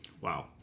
wow